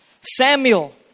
Samuel